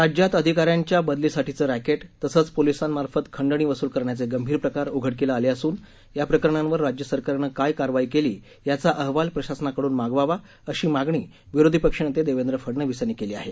राज्यात अधिकाऱ्यांच्या बदलीसाठीचं रक्टि तसंच पोलिसांमार्फत खंडणी वसूल करण्याचे गंभीर प्रकार उघडकीला आले असून या प्रकरणांवर राज्य सरकारनं काय कारवाई केली याचा अहवाल प्रशासनाकडून मागवावा अशी मागणी विरोधी पक्षनेते देवेंद्र फडनवीस यांनी केली आहे